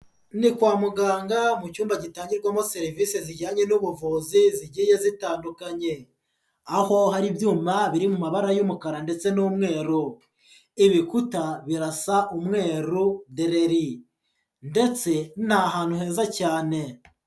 Ni kwa muganga mu cyumba gitangirwamo serivis zijyanye n'ubuvuzi zigiye zitandukanye. Aho hari ibyuma biri mu mabara y'umukara ndetse n'umweru. Ibikuta birasa umweru dereri. Ndetse ni ahantu heza cyane.